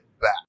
back